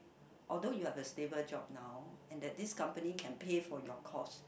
or those you have a stable job now and that this company can pay for your cost